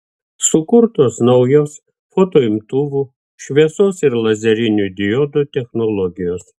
sukurtos naujos fotoimtuvų šviesos ir lazerinių diodų technologijos